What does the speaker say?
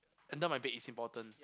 under my bed is important